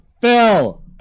Phil